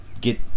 get